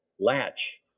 latch